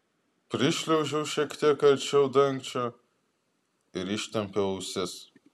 prišliaužiau šiek tiek arčiau dangčio ir ištempiau ausis